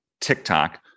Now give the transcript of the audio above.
TikTok